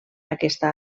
aquesta